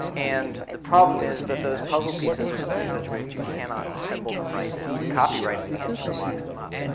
and the problem is that those puzzle pieces are designed in such a way that you cannot assemble them right now and copyright is the engine that locks them up.